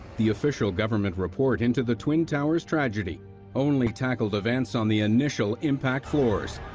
the official government report into the twin towers tragedy only tackled events on the initial impact floors,